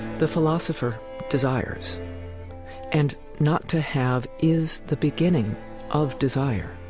the philosopher desires and not to have is the beginning of desire